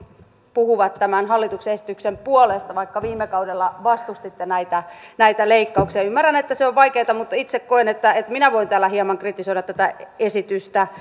puhuvat tämän hallituksen esityksen puolesta vaikka viime kaudella vastustitte näitä näitä leikkauksia ymmärrän että se on vaikeata mutta itse koen että minä voin täällä hieman kritisoida tätä esitystä